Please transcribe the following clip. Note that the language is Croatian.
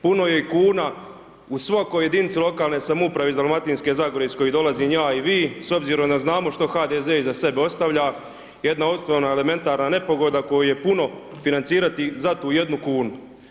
Puno je kuna u svakoj jedinici lokalne samouprave iz Dalmatinske zagore iz koje dolazim i ja i vi, s obzirom da znamo što HDZ iza sebe ostavlja, jedna osnovna elementarna nepogoda, koju je puno financirati za tu jednu kunu.